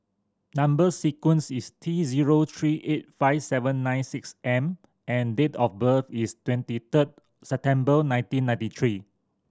number sequence is T zero three eight five seven nine six M and date of birth is twenty third September nineteen ninety three